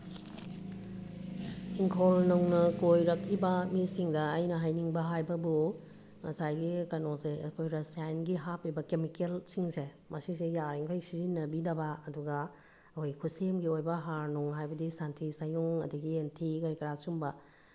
ꯏꯪꯈꯣꯜ ꯅꯧꯅ ꯀꯣꯏꯔꯛꯏꯕ ꯃꯤꯁꯤꯡꯗ ꯑꯩꯅ ꯍꯥꯏꯅꯤꯡꯕ ꯍꯥꯏꯕꯕꯨ ꯉꯁꯥꯏꯒꯤ ꯀꯩꯅꯣꯁꯦ ꯑꯩꯈꯣꯏ ꯔꯁꯥꯌꯥꯏꯟꯒꯤ ꯍꯥꯞꯄꯤꯕ ꯀꯦꯃꯤꯀꯦꯜꯁꯤꯡꯁꯦ ꯃꯁꯤꯁꯦ ꯌꯥꯔꯤꯃꯈꯩ ꯁꯤꯖꯤꯟꯅꯕꯤꯗꯕ ꯑꯗꯨꯒ ꯑꯩꯈꯣꯏꯒꯤ ꯈꯨꯠꯁꯦꯝꯒꯤ ꯑꯣꯏꯕ ꯍꯥꯔ ꯅꯨꯡ ꯍꯥꯏꯕꯗꯤ ꯁꯟꯊꯤ ꯁꯟꯌꯨꯡ ꯑꯗꯒꯤ ꯌꯦꯟꯊꯤ ꯀꯔꯤ ꯀꯔꯥ ꯁꯤꯒꯨꯝꯕ